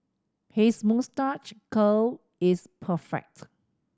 his moustache curl is perfect